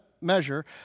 measure